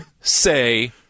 say